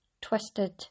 twisted